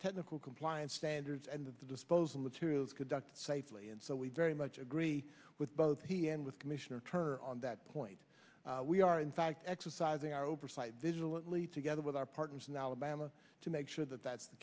technical compliance standards and that the disposal materials conducts safely and so we very much agree with both he and with commissioner turner on that point we are in fact exercising our oversight vigilantly together with our partners in alabama to make sure that that's the